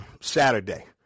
Saturday